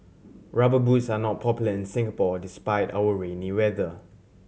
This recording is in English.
Rubber Boots are not popular in Singapore despite our rainy weather